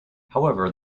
however